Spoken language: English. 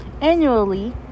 annually